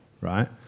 right